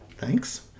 Thanks